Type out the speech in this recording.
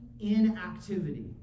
inactivity